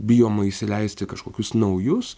bijoma įsileisti kažkokius naujus